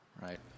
right